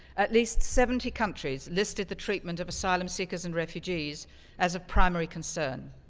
at least seventy countries listed the treatment of asylum seekers and refugees as of primary concern.